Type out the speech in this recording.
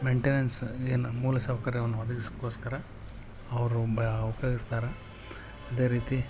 maintenance ಏನು ಮೂಲಸೌಕರ್ಯವನ್ನು ಒದಗಿಸ್ಕೋಸ್ಕರ ಅವರು ಬ ಉಪಯೋಗಿಸ್ತಾರೆ ಅದೇ ರೀತಿ